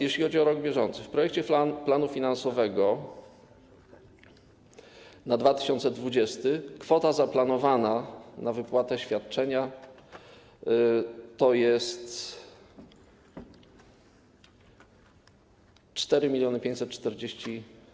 Jeśli chodzi o rok bieżący, w projekcie planu finansowego na 2020 r. kwota zaplanowana na wypłatę świadczenia to jest 4 miliony 540.